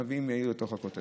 שמביאים מהעיר לתוך הכותל.